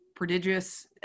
prodigious